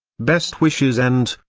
best wishes and,